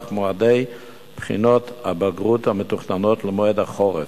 מועדי בחינות הבגרות המתוכננות למועד החורף.